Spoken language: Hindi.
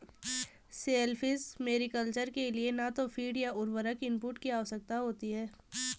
शेलफिश मैरीकल्चर के लिए न तो फ़ीड या उर्वरक इनपुट की आवश्यकता होती है